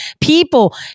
people